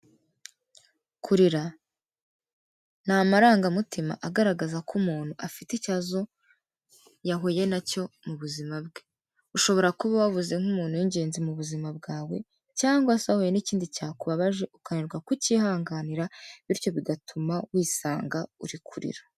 Kurira ni amarangamutima agaragaza ko umuntu afite ikibazo yahuye na cyo mu buzima bwe, ushobora kuba wabuze nk'umuntu w'ingenzi mu buzima bwawe cyangwa se wahuye n'ikindi cyakubabaje ukananirwa kucyihanganira bityo bigatuma wisanga uri kurira.